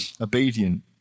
obedient